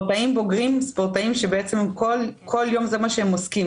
ספורטאים בוגרים הם ספורטאים שכל יום זה מה שהם עוסקים,